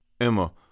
Emma